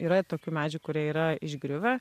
yra tokių medžių kurie yra išgriuvę